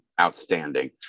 Outstanding